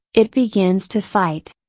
it begins to fight.